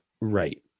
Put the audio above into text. Right